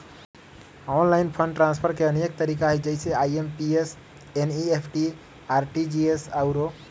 online fund transfer के अनेक तरिका हइ जइसे आइ.एम.पी.एस, एन.ई.एफ.टी, आर.टी.जी.एस आउरो